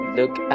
look